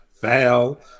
Fail